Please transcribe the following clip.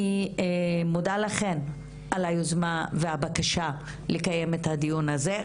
אני מודה לכם על היוזמה והבקשה לקיים את הדיון הזה.